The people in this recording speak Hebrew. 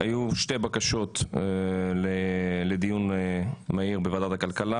היו שתי בקשות לדיון מהיר בוועדת הכלכלה